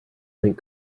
think